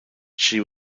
she